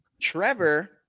Trevor